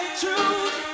truth